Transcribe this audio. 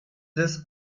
this